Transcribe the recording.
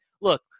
look